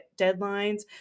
deadlines